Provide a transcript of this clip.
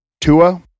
Tua